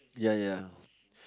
yeah yeah